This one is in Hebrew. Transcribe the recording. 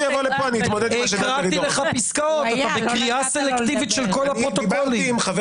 ויבוא צד שהיה צד להליך ואומר: לא הייתה התחייבות כזאת.